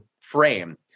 frame